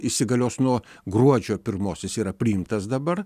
įsigalios nuo gruodžio pirmosios yra priimtas dabar